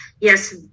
yes